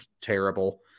terrible